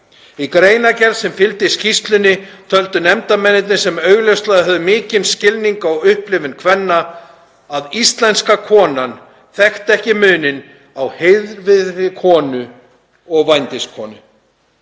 Í greinargerð sem fylgdi skýrslunni töldu nefndarmennirnir, sem augljóslega höfðu mikinn skilning á upplifun kvenna, að íslenska konan þekkti ekki muninn á heiðvirðri konu og vændiskonu.